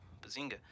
Bazinga